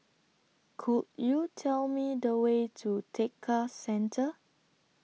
Could YOU Tell Me The Way to Tekka Centre